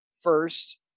first